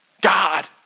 God